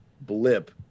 blip